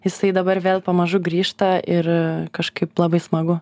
jisai dabar vėl pamažu grįžta ir kažkaip labai smagu